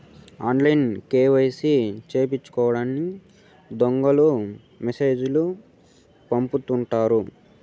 ఆన్లైన్లో కేవైసీ సేపిచ్చుకోండని దొంగలు మెసేజ్ లు పంపుతుంటారు